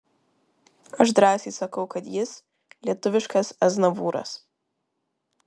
aš drąsiai sakau kad jis lietuviškas aznavūras